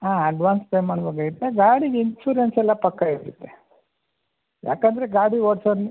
ಹಾಂ advance pay ಮಾಡಬೇಕಾಗತ್ತೆ ಗಾಡಿದು ಇನ್ಸೂರೆನ್ಸ್ ಎಲ್ಲ ಪಕ್ಕಾ ಇರುತ್ತೆ ಯಾಕೆಂದರೆ ಗಾಡಿ ಓಡ್ಸೋದ್ನ್